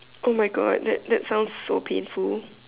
oh my God that that sounds so painful